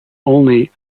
only